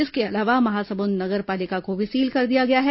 इसके अलावा महासमुंद नगर पालिका को भी सील कर दिया गया है